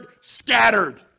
scattered